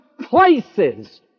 places